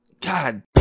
god